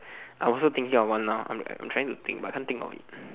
I'm also thinking of one now I'm trying to think but I can't think of it